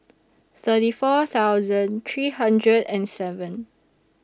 thirty four thousand three hundred and seven